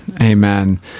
Amen